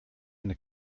eine